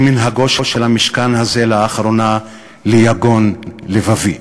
כמנהגו של המשכן הזה לאחרונה, ליגון לבבי.